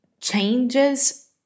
changes